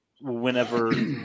whenever